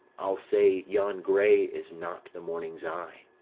i'll say yon grey is not the morning's eye,